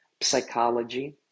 psychology